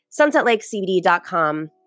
sunsetlakecbd.com